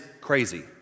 crazy